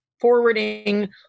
forwarding